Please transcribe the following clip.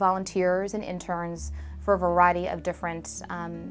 volunteers and interns for a variety of different